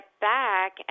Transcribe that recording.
back